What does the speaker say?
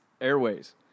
airways